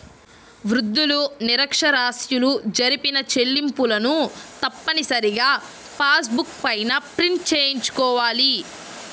వృద్ధులు, నిరక్ష్యరాస్యులు జరిపిన చెల్లింపులను తప్పనిసరిగా పాస్ బుక్ పైన ప్రింట్ చేయించుకోవాలి